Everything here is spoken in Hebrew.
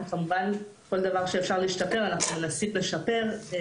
וכמובן כל דבר שאפשר להשתפר אנחנו מנסים לשפר.